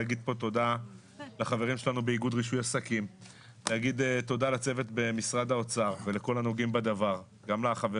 רישוי עסקים זה start down, זה לא start